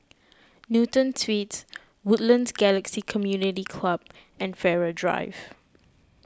Newton Suites Woodlands Galaxy Community Club and Farrer Drive